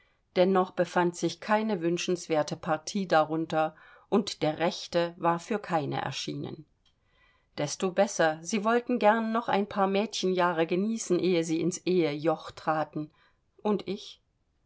dennoch befand sich keine wünschenswerte partie darunter und der rechte war für keine erschienen desto besser sie wollten gern noch ein paar mädchenjahre genießen ehe sie ins ehejoch traten und ich